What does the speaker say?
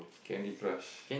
Candy-Crush